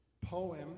poem